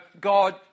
God